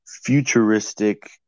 futuristic